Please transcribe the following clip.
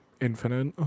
Infinite